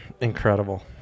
Incredible